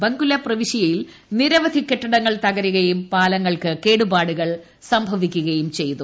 ബങ്കുല പ്രവിശ്യയിൽ നിരവധി കെട്ടിടങ്ങൾ തകരുകയും പാലങ്ങൾക്ക് കേടുപാടുകൾ ഉണ്ടാകുകയും ചെയ്തു